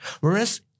whereas